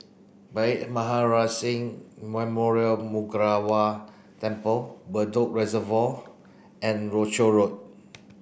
Bhai Maharaj Singh Memorial Gurdwara Temple Bedok Reservoir and Rochor Road